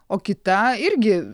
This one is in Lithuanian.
o kita irgi